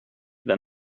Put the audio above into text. than